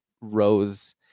rose